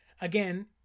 again